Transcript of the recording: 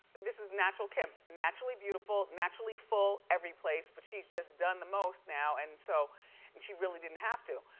this is natural kim. naturally beautiful, naturally full everyplace, but she's just done the most now and so and she really didn't have to.